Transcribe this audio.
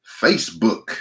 Facebook